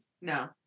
No